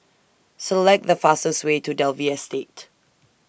Select The fastest Way to Dalvey Estate